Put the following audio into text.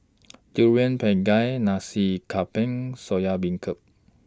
Durian Pengat Nasi Campur Soya Beancurd